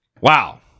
wow